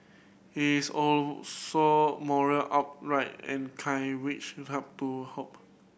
he is also moral upright and kind which you have to hope